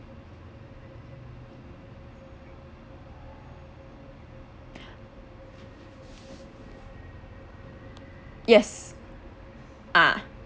yes ah